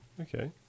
Okay